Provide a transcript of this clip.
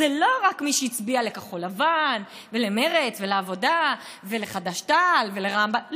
זה לא רק מי שהצביע לכחול לבן ולמרצ ולעבודה ולחד"ש-תע"ל ולרע"מ-בל"ד,